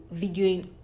videoing